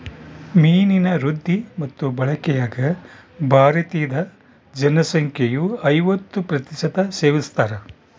ಮೀನಿನ ವೃದ್ಧಿ ಮತ್ತು ಬಳಕೆಯಾಗ ಭಾರತೀದ ಜನಸಂಖ್ಯೆಯು ಐವತ್ತು ಪ್ರತಿಶತ ಸೇವಿಸ್ತಾರ